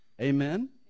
Amen